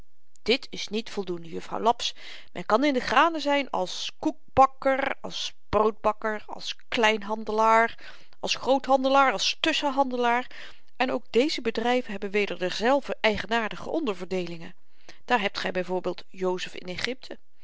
dit is niet voldoende jufvrouw laps men kan in de granen zyn als koekbakker als broodbakker als kleinhandelaar als groothandelaar als tusschenhandelaar en ook deze bedryven hebben weder derzelver eigenaardige onderverdeelingen daar hebt ge by voorbeeld jozef in egypte